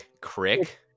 Crick